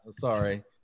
Sorry